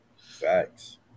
Facts